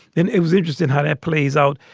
and it was interesting how that plays out.